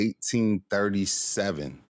1837